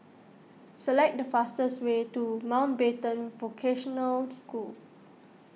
select the fastest way to Mountbatten Vocational School